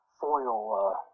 foil